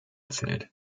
zählt